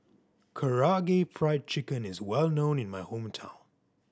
Karaage Fried Chicken is well known in my hometown